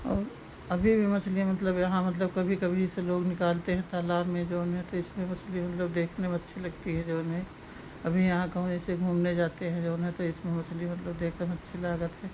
और अभी भी मछली मतलब यहाँ मतलब कभी कभी जैसे लोग निकालते हैं तालाब में जो है तो इसमें मछली मतलब देखने में अच्छी लगती है जो है अभी यहाँ कहूँ जैसे घूमने जाते हैं जो है तो इसमें मछली मतलब देखने में अच्छी लगती है